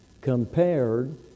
compared